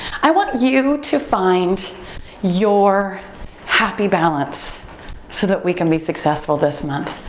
i want you to find your happy balance so that we can be successful this month.